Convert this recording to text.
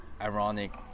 ironic